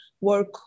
work